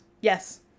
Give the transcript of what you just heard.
Yes